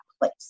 place